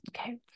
Okay